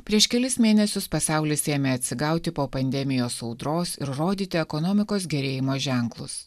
prieš kelis mėnesius pasaulis ėmė atsigauti po pandemijos audros ir rodyti ekonomikos gerėjimo ženklus